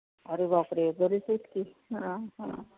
अरे बापरे बरीच आहेत की हां हां